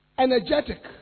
Energetic